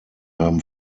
haben